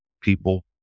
people